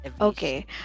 Okay